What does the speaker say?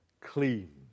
clean